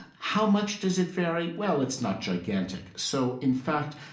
and how much does it vary? well, it's not gigantic. so, in fact,